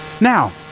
Now